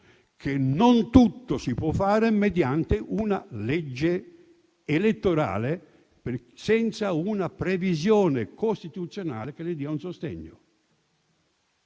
che non tutto si può fare mediante una legge elettorale, senza una previsione costituzionale che le dia un sostegno.